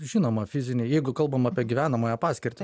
žinoma fiziniai jeigu kalbam apie gyvenamąją paskirtį